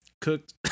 cooked